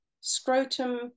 scrotum